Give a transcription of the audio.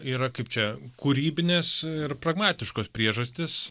yra kaip čia kūrybinės ir pragmatiškos priežastys